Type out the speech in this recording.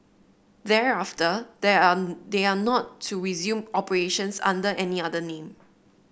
thereafter there are they are not to resume operations under any other name